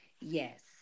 Yes